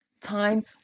Time